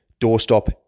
doorstop